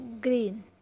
green